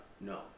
no